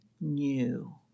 new